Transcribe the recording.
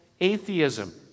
atheism